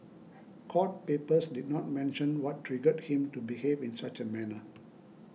court papers did not mention what triggered him to behave in such a manner